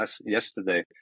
yesterday